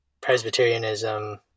Presbyterianism